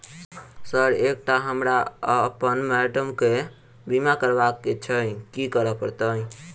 Sir एकटा हमरा आ अप्पन माइडम केँ बीमा करबाक केँ छैय की करऽ परतै?